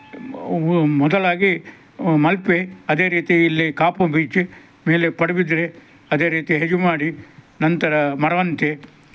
ಮೊ ಮೊದಲಾಗಿ ಮಲ್ಪೆ ಅದೇ ರೀತಿ ಇಲ್ಲಿ ಕಾಪು ಬೀಚ್ ಮೇಲೆ ಪಡುಬಿದ್ರಿ ಅದೇ ರೀತಿ ಹೆಜಮಾಡಿ ನಂತರ ಮರವಂತೆ